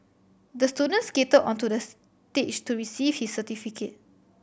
the student skated onto the stage to receive his certificate